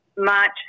March